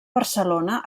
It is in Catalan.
barcelona